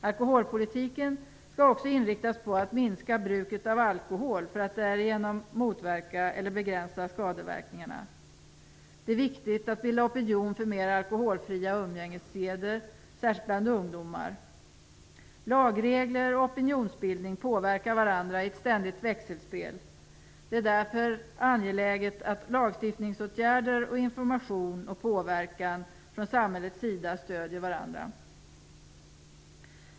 Alkoholpolitiken skall också inriktas på att minska bruket av alkohol för att skadeverkningarna därigenom skall begränsas. Det är viktigt att bilda opinion för mera alkoholfria umgängesseder, särskilt bland ungdomar. Lagregler och opinionsbildning påverkar varandra i ett ständigt växelspel. Det är därför angeläget att lagstiftningsåtgärder, information och påverkan från samhällets sida stöder varandra.